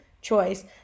Choice